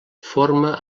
forma